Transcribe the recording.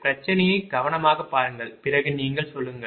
பிரச்சனையை கவனமாகப் பாருங்கள் பிறகு நீங்கள் சொல்லுங்கள்